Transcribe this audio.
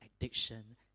addiction